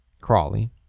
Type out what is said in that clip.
Crawley